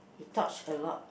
he taught a lot